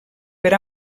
per